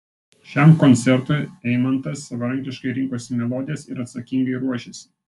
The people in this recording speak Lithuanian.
šiam koncertui eimantas savarankiškai rinkosi melodijas ir atsakingai ruošėsi